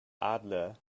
adler